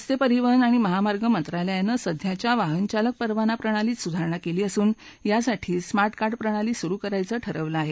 रस्ते परिवहन आणि महामार्ग मंत्रालयानं सध्याच्या वाहनचालक परवाना प्रणालीत सुधारणा केली असून यासाठी स्मार्ट कार्ड प्रणाली सुरु करायचं ठरवलं आहे